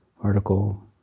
article